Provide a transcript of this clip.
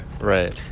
Right